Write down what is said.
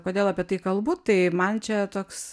kodėl apie tai kalbu tai man čia toks